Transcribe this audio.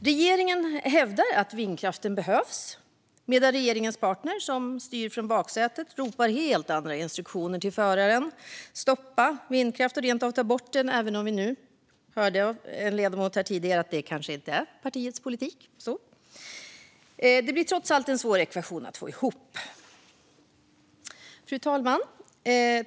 Regeringen hävdar att vindkraften behövs, medan regeringens partner, som styr från baksätet, ropar helt andra instruktioner till föraren om att stoppa vindkraften och rent av ta bort den. Men vi hörde tidigare här av en ledamot att det kanske ändå inte är partiets politik. Det blir hur som helst en svår ekvation att få ihop. Fru talman!